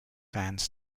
fans